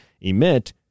emit